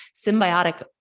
symbiotic